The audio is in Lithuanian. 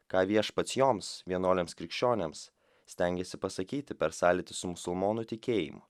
ką viešpats joms vienuoliams krikščioniams stengėsi pasakyti per sąlytį su musulmonų tikėjimu